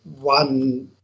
One